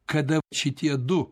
kada šitie du